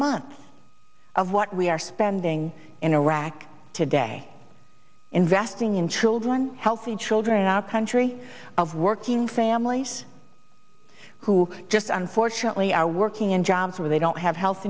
month's of what we are spending in iraq today investing in children healthy children in our country of working families who just unfortunately are working in jobs where they don't have health